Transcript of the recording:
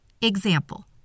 Example